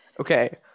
okay